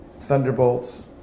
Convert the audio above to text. thunderbolts